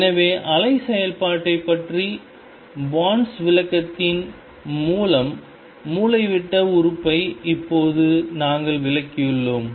எனவே அலை செயல்பாட்டைப் பற்றிய பார்னின் Born's விளக்கத்தின் மூலம் மூலைவிட்ட உறுப்பை இப்போது நாங்கள் விளக்கியுள்ளோம்